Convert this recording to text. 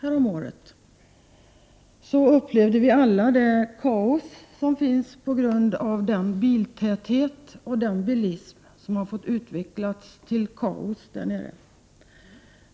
Alla upplevde vi då det kaos som biltätheten och bilismen över huvud taget framkallat där nere.